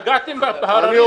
נגעת בהררי,